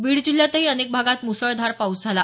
बीड जिल्ह्यातही अनेक भागात मुसळधार पाऊस झाला